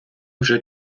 вже